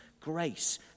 grace